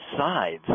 sides